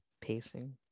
pacing